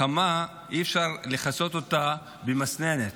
החמה, אי-אפשר לכסות אותה במסננת,